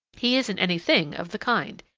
he isn't any thing of the kind.